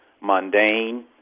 mundane